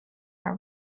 are